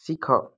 ଶିଖ